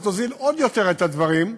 היא תוזיל עוד יותר את הדברים,